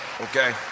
Okay